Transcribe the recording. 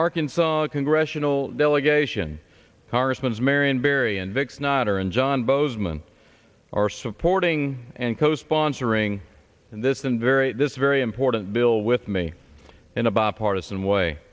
arkansas congressional delegation congressman's marion barry and vic's notter and john bozeman are supporting and co sponsoring in this and very this very important bill with me in a bipartisan way